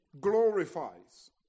glorifies